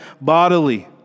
bodily